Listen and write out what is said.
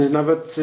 nawet